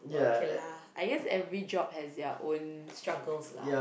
but okay lah I feels every job have their own struggles lah